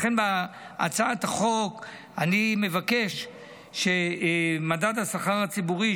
לכן בהצעת החוק אני מבקש שמדד השכר הציבורי,